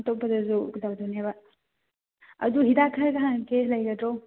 ꯑꯇꯣꯞꯄꯗꯁꯨ ꯀꯩꯗꯧꯗꯣꯏꯅꯦꯕ ꯑꯗꯨ ꯍꯤꯗꯥꯛ ꯈꯔꯒ ꯍꯪꯂꯛꯀꯦ ꯂꯩꯒꯗ꯭ꯔꯣ